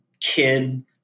kid